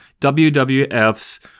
WWF's